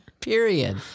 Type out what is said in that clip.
Period